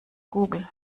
google